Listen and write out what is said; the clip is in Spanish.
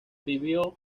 vivió